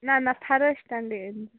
نہ نہ فرٛٲشۍ ٹنٛگٕے أنۍ زِ